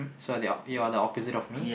so they're you're the opposite of me